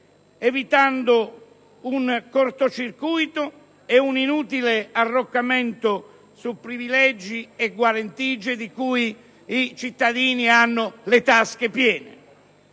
evitando un corto circuito e un inutile arroccamento su privilegi e guarentigie di cui i cittadini hanno le tasche piene.